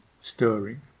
Stirring